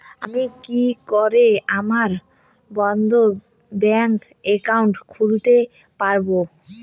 আমি কি করে আমার বন্ধ ব্যাংক একাউন্ট খুলতে পারবো?